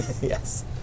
Yes